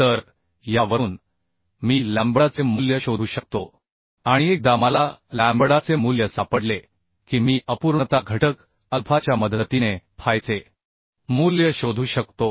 तर यावरून मी लॅम्बडाचे मूल्य शोधू शकतो आणि एकदा मला लॅम्बडाचे मूल्य सापडले की मी अपूर्णता घटक अल्फाच्या मदतीने फायचे मूल्य शोधू शकतो